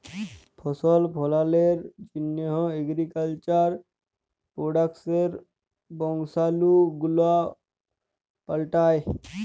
ফসল ফললের জন্হ এগ্রিকালচার প্রডাক্টসের বংশালু গুলা পাল্টাই